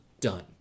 done